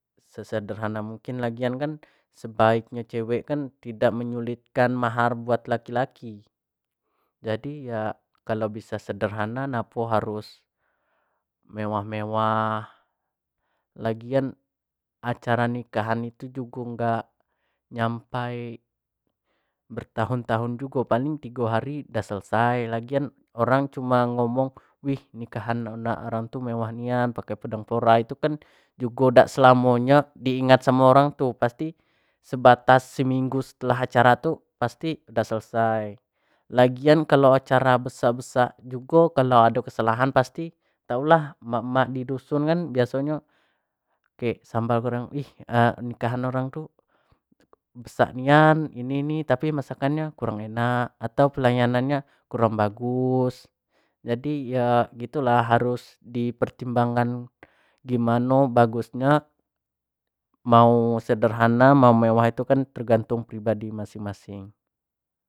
Sesederhana mungkin lagian kan sebaik-baik nya cewek kan tidak menyulitkan mahar buat laki-laki, jadi ya kalau bisa sederhana ngapo harus mewah-mewah lagian acara nikahan itu jugo gak nyampai bertahun-tahun jugo paling tigo hari dah selesai lagian orang cuma ngomong wih nikahan anak orang tu mewah nian, pake pedang pora itu kan jugo dak selamo nyo di ingat samo orang tu pasti sebatas seminggu setelah acara tu pasti udah selesai, lagian kalo acara besak-besak jugo kalo ado kesalahan pasti tau lah emak-emak di dusun kan biaso nyo, kek sambal goreng ih nikahan orang tu besak nian ini ni tapi masakan makanannyo kurang enak, atau pelayanannyo kurang bagus, jadi yo gitu lah di pertimbangkan gimano bagusnyo mau sederhana mau ewah itu kan tergantung pribadi masing-masing.